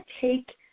take